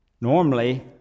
Normally